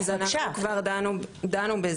אז אנחנו כבר דנו בזה,